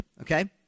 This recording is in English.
okay